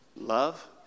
Love